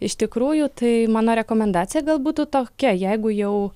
iš tikrųjų tai mano rekomendacija gal būtų tokia jeigu jau